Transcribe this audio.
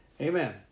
amen